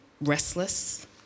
restless